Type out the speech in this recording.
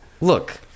Look